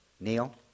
Neil